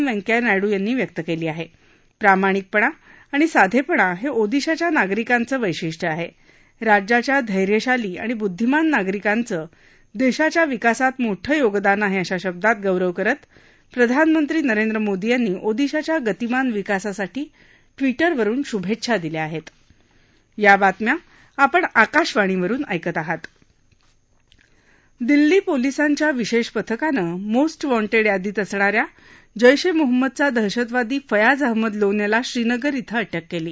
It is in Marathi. व्यंकय्या नायडू यांनी व्यक्त कळी आह प्रामाणिकपणा आणि साधप्पा हक्रीदिशाच्या नागरिकांचं वैशिष्ट्य आह रोज्याच्या धैर्यशाली आणि बुद्धिमान नागरिकांचं दक्षाच्या विकसात मोठं योगदान आहा अशा शब्दात गौरव करत प्रधानमंत्री नरेंद्र मोदी यांनी ओदिशाच्या गतिमान विकासासाठी ट्विटरवरुन शुभछ्छा दिल्या आहस्त दिल्ली पोलिसांच्या विशा पथकानं मोस्ट वाँटह यादीत असणा या जैश ए मोहम्मदचा दहशतवादी फयाज अहमद लोन याला श्रीनगर इथ्रिटक क्ली